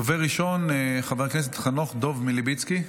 דובר ראשון, חנוך דב מלביצקי,